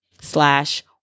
slash